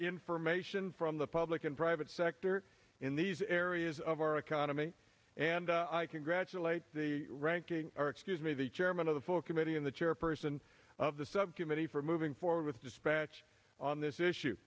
information from the public and private sector in these areas of our economy and i congratulate the ranking or excuse me the chairman of the full committee in the chairperson of the subcommittee for moving forward with dispatch on this issue